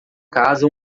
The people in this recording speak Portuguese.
casa